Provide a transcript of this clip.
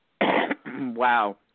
wow